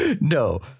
No